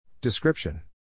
Description